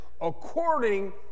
according